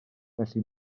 felly